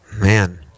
Man